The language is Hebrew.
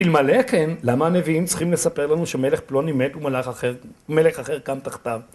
אלמלא כן, למה הנביאים צריכים לספר לנו שמלך פלוני מת ומלך אחר קם תחתיו?